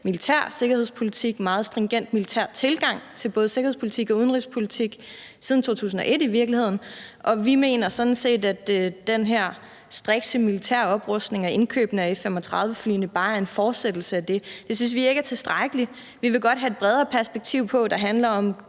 militær sikkerhedspolitik, en meget stringent militær tilgang til både sikkerhedspolitik og udenrigspolitik, i virkeligheden siden 2001, og vi mener sådan set, at den her strikse militære oprustning ved indkøbene af F-35-flyene bare er en fortsættelse af det. Det synes vi ikke er tilstrækkeligt. Vi vil godt have et bredere perspektiv på, der handler om